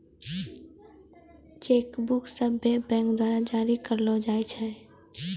cheque book सभ्भे bank द्वारा जारी करलो जाय छै